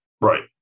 right